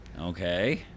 Okay